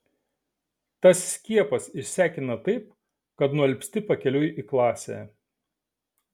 tas skiepas išsekina taip kad nualpsti pakeliui į klasę